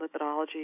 lipidology